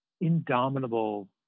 indomitable